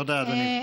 תודה, אדוני.